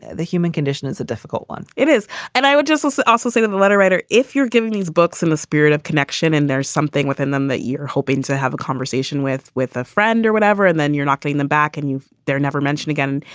the human condition is a difficult one. it is and i would just also also say that the letter writer, if you're giving these books in a spirit of connection and there's something within them that you're hoping to have a conversation with with a friend or whatever, and then you're knocking them back and you've they're never mentioned again.